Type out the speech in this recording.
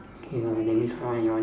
okay ah that means ah your one